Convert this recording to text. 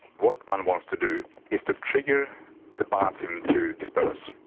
what one wants to do is to trigger the biofilm to disperse.